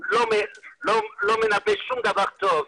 לא מנבא שום דבר טוב.